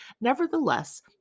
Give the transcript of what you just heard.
Nevertheless